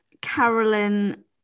Carolyn